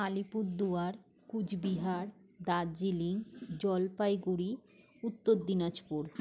Alipurduar Coochbehar Darjeeling Jalpaiguri Uttar Dinajpur